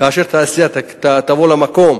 כאשר התעשייה תבוא למקום,